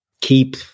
keep